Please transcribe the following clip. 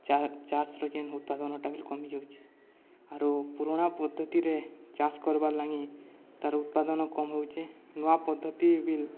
ଚାଷର ଯେନ୍ ଉତ୍ପାଦନଟା ବିିଲ୍ କମିଯାଉଛେ ଆରୁ ପୁରୁଣା ପଦ୍ଧତିରେ ଚାଷ କର୍ବାର୍ ଲାଗି ତା'ର ଉତ୍ପାଦନ କମ୍ ହେଉଛେ ନୂଆ ପଦ୍ଧତି ବିଲ୍